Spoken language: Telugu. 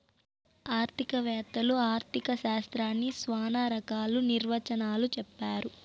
ఆర్థిక వేత్తలు ఆర్ధిక శాస్త్రాన్ని శ్యానా రకాల నిర్వచనాలు చెప్పారు